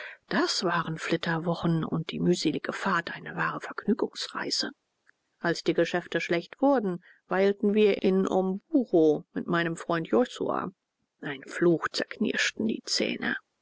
das waren flitterwochen und die mühselige fahrt eine wahre vergnügungsreise als die geschäfte schlecht wurden weilten wir in omburo bei meinem freund josua einen fluch zerknirschten die zähne